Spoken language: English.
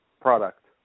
product